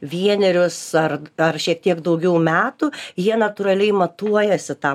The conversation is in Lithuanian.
vienerius ar dar šiek tiek daugiau metų jie natūraliai matuojasi tą